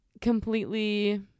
completely